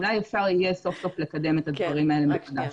אולי אפשר יהיה סוף סוף לקדם את הדברים האלה מחדש.